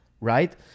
Right